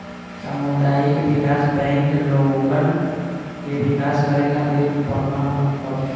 सामुदायिक विकास बैंक लोगन के विकास करे खातिर बनल हवे